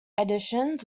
editions